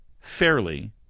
fairly